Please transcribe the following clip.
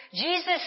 Jesus